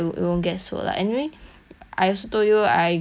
I also told you I gonna get expansion right